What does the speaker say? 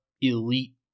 elite